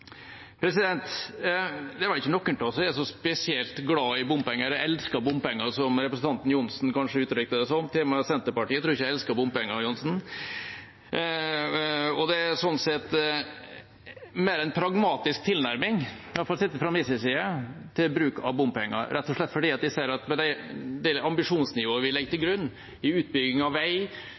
bompenger, eller som elsker bompenger, som representanten Johnsen uttrykte det som. Ikke engang Senterpartiet tror jeg elsker bompenger, Johnsen. Det er sånn sett mer en pragmatisk tilnærming, i hvert fall fra min side, til bruk av bompenger – rett og slett fordi jeg ser at med det ambisjonsnivået vi legger til grunn for utbygging av vei